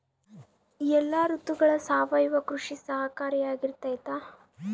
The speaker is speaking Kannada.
ಎಲ್ಲ ಋತುಗಳಗ ಸಾವಯವ ಕೃಷಿ ಸಹಕಾರಿಯಾಗಿರ್ತೈತಾ?